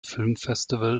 filmfestival